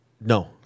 No